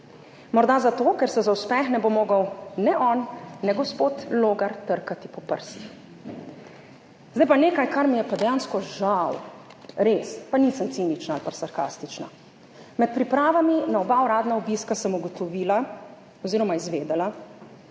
Morda zato, ker se za uspeh ne bo mogel ne on ne gospod Logar trkati po prsih. Zdaj pa nekaj, za kar mi je pa dejansko žal, res, pa nisem cinična ali pa sarkastična. Med pripravami na oba uradna obiska sem ugotovila oziroma izvedela,